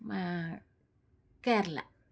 Kerala